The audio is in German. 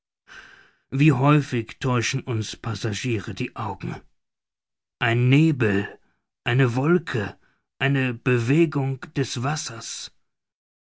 wie häufig täuschen uns passagiere die augen ein nebel eine wolke eine bewegung des wassers